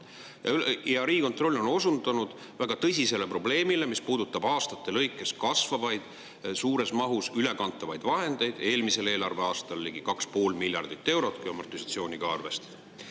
Riigikontroll on osundanud väga tõsisele probleemile, mis puudutab aastate lõikes kasvavaid ja suures mahus ülekantavaid vahendeid. Eelmisel eelarveaastal oli neid ligi kaks ja pool miljardit eurot, kui amortisatsiooni ka arvestada.